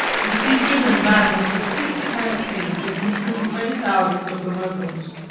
the sieges and battles of six campaigns had consumed many thousands of the moslems.